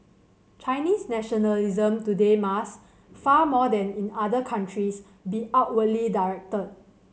Chinese nationalism today must far more than in other countries be outwardly directed